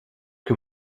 que